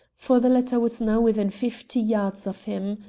for the latter was now within fifty yards of him.